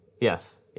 Yes